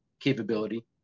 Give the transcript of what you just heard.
capability